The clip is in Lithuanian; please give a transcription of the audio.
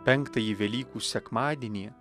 penktąjį velykų sekmadienį